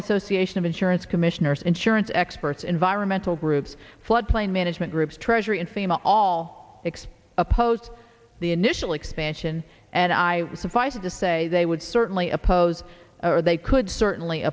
association of insurance commissioners insurance experts environmental groups floodplain management groups treasury and fema all six opposed the initial expansion and i suffice to say they would certainly oppose or they could certainly